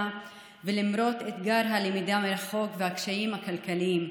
ולמרות אתגר הלמידה מרחוק והקשיים הכלכליים.